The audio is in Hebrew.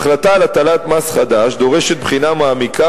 החלטה על הטלת מס חדש דורשת בחינה מעמיקה